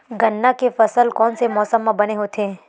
गन्ना के फसल कोन से मौसम म बने होथे?